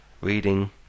Reading